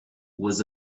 was